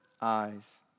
eyes